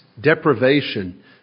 deprivation